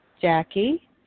Jackie